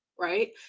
Right